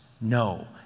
No